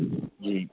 جی